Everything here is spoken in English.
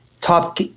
Top